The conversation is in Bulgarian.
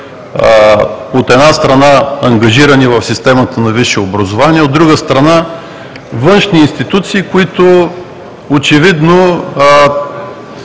от една страна, ангажирани в системата на висшето образование, от друга страна, външни институции, които очевидно